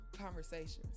conversations